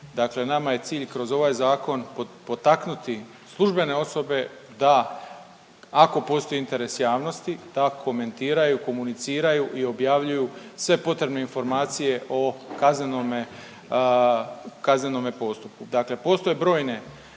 dakle nama je cilj kroz ovaj zakon potaknuti službene osobe da ako postoji interes javnosti da komentiraju, komuniciraju i objavljuju sve potrebne informacije o kaznenome, kaznenome postupku. Dakle postoje brojne